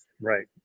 Right